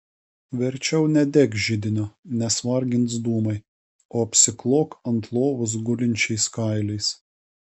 verčiau nedek židinio nes vargins dūmai o apsiklok ant lovos gulinčiais kailiais